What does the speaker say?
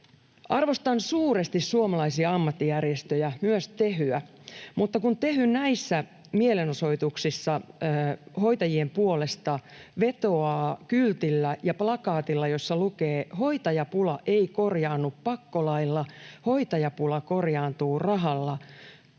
Arvostan suuresti suomalaisia ammattijärjestöjä, myös Tehyä, mutta kun Tehy näissä mielenosoituksissa hoitajien puolesta vetoaa kyltillä ja plakaatilla, jossa lukee ”hoitajapula ei korjaannu pakkolailla, hoitajapula korjaantuu rahalla”,